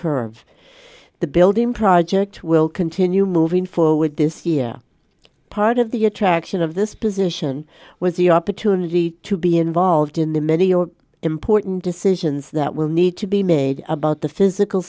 curve the building project will continue moving forward this year part of the attraction of this position was the opportunity to be involved in the many or important decisions that will need to be made about the physical